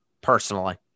Personally